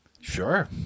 Sure